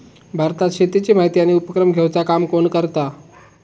भारतात शेतीची माहिती आणि उपक्रम घेवचा काम कोण करता?